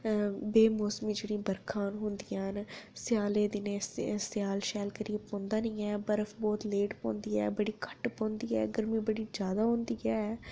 बेमौसम च जेह्कियां बर्खां पौंदियां न स्यालै दिनें स्याला शैल करियै पौंदा निं ऐ बर्फ बड़ी लेट पौंदी ऐ बड़ी घट्ट पौंदी ऐ गर्मी बड़ी जादा होंदी ऐ